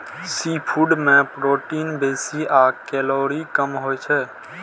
seafood मे protein बेसी आ कैलोरी कम होइ छै